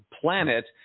planet